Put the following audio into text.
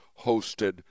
hosted